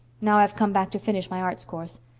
now i've come back to finish my arts course.